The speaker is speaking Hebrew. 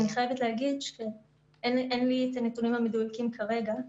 אני חייבת להגיד שאין לי את הנתונים המדויקים כרגע,